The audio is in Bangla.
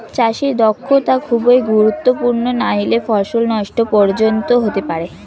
চাষে দক্ষতা খুবই গুরুত্বপূর্ণ নাহলে ফসল নষ্ট পর্যন্ত হতে পারে